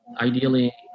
ideally